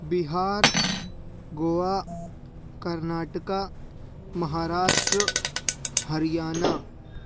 Bihar Goa Karnataka Maharashtra Haryana